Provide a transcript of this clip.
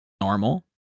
normal